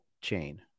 chain